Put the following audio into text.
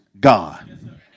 God